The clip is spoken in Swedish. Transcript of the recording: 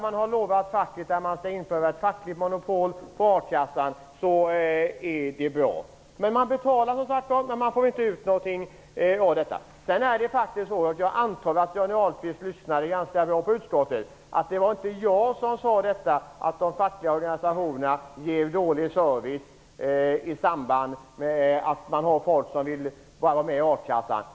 Man har lovat facket att införa ett fackligt monopol på akasseområdet, trots att människor får betala för arbetslöshetsförsäkringen utan att få ut något av den. Jag antar vidare att Johnny Ahlqvist lyssnade ganska bra i utskottet. Det var inte jag som sade att de fackliga organisationerna ger dålig service till folk som vill vara med i a-kassan.